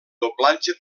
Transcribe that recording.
doblatge